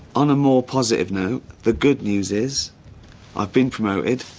on a more positive note the good news is i've been promoted,